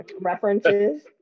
references